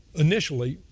initially,